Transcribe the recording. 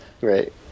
Right